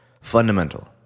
Fundamental